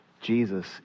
Jesus